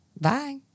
Bye